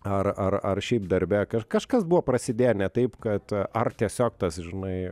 ar ar ar šiaip darbe kaž kažkas buvo prasidėję ne taip kad ar tiesiog tas žinai